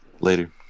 Later